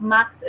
Max